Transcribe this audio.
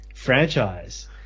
franchise